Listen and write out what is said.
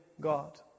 God